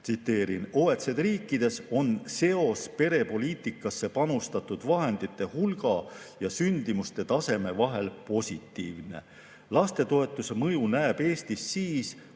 OECD riikides seos perepoliitikasse panustatud vahendite hulga ja sündimuse taseme vahel positiivne. Lastetoetuse mõju näeb Eestis siis,